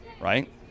right